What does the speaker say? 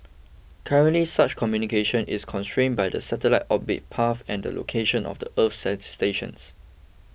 currently such communication is constrained by the satellite's orbit path and the location of the earth sites stations